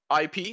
IP